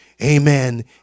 Amen